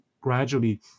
gradually